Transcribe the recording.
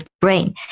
brain